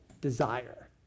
desire